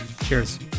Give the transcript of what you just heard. Cheers